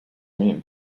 mean